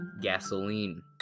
gasoline